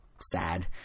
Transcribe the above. sad